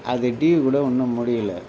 அது டியூவ் கூட இன்னும் முடியல